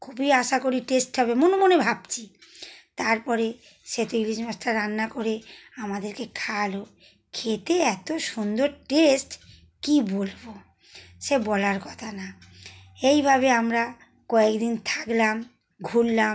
খুবই আশা করি টেস্ট হবে মনে মনে ভাবছি তারপরে সে তো ইলিশ মাছটা রান্না করে আমাদেরকে খাওয়ালো খেতে এতো সুন্দর টেস্ট কী বলবো সে বলার কথা না এইভাবে আমরা কয়েক দিন থাকলাম ঘুরলাম